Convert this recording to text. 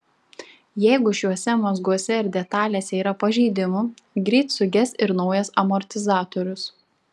jeigu šiuose mazguose ir detalėse yra pažeidimų greit suges ir naujas amortizatorius